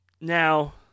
now